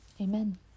Amen